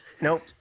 Nope